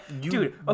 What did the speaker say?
Dude